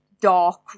dark